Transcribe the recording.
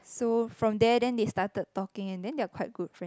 so from there then they started talking and then they're quite good friends